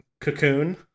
Cocoon